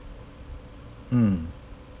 mm